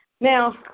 Now